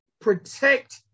protect